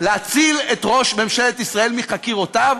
להציל את ראש ממשלת ישראל מחקירותיו,